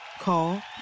Call